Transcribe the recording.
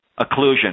occlusion